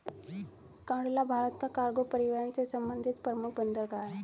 कांडला भारत का कार्गो परिवहन से संबंधित प्रमुख बंदरगाह है